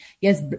Yes